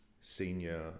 senior